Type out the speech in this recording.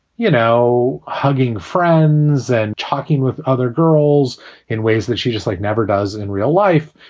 you know, hugging friends and talking with other girls in ways that she just, like, never does in real life.